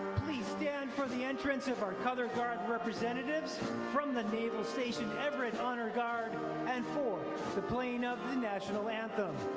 please stand for the entrance of our color guard representatives from the naval station everett honor guard and for the playing of the national anthem.